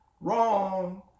Wrong